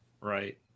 right